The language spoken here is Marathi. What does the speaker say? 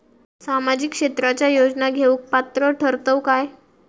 सामाजिक क्षेत्राच्या योजना घेवुक पात्र ठरतव काय?